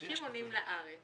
אנשים עולים לארץ